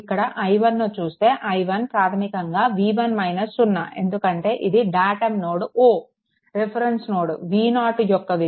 ఇక్కడ i1 ను చూస్తే i1 ప్రాధమికంగా V1 - 0 ఎందుకంటే ఇది datum node O reference node V0 యొక్క విలువ సున్నా